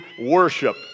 worship